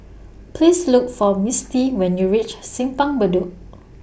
Please Look For Misti when YOU REACH Simpang Bedok